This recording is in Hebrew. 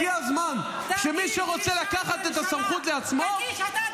הגיע הזמן שמי שרוצה לקחת את הסמכות לעצמו -- תגיש דרישה לממשלה.